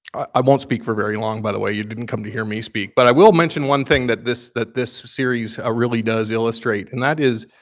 i won't speak for very long, by the way. you didn't come to hear me speak. but i will mention one thing that this that this series ah really does illustrate, and that